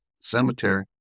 cemetery